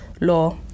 law